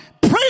pray